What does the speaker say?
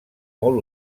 molt